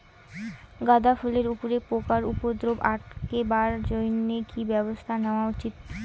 গাঁদা ফুলের উপরে পোকার উপদ্রব আটকেবার জইন্যে কি ব্যবস্থা নেওয়া উচিৎ?